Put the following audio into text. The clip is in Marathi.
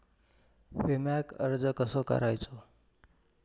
विम्याक अर्ज कसो करायचो?